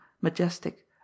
majestic